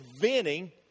venting